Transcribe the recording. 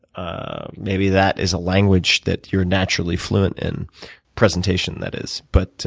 ah maybe that is a language that you're naturally fluent in presentation, that is. but